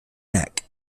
neck